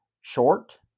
short